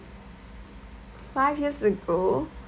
five years ago